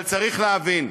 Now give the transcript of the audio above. אבל צריך להבין,